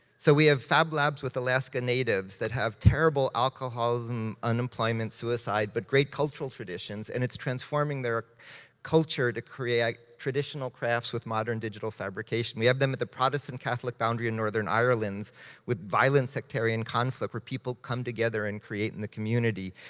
so we have fab labs with alaska natives that have terrible alcoholism, unemployment, suicide, but great cultural traditions, and it's transforming their culture to create traditional crafts with modern digital fabrication. we have them at the protestant-catholic boundary in and northern ireland with violent sectarian conflict where people come together and create in the community.